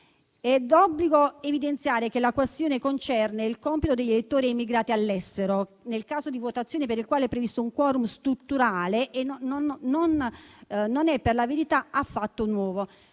È d'obbligo evidenziare che la questione concerne il computo degli elettori emigrati all'estero nel caso di votazione per il quale è previsto un *quorum* strutturale e non è per la verità affatto nuovo.